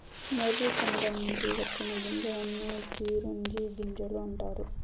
మొర్రి పండ్ల నుంచి వచ్చిన గింజలను చిరోంజి గింజలు అంటారు